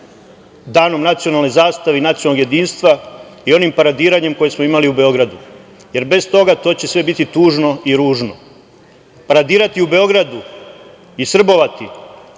Danom nacionalne zastave i nacionalnog jedinstva i onim paradiranjem koje smo imali u Beogradu, jer bez toga to će sve biti tužno i ružno. Paradirati u Beogradu i srbovati,